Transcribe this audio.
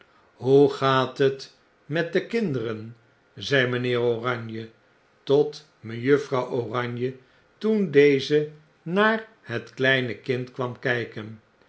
hoe gaat het met de kinderen zei mgnheer oranje tot mejuffrouw oranje toen deze naar het kleine kind kwam kyken